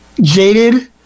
jaded